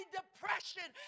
depression